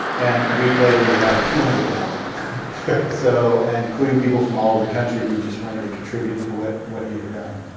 and a week later he had two hundred thousand so and including people from all over the country who just wanted to contribute to what what he had done.